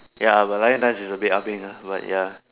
ya but lion dance is a bit ah-beng uh but ya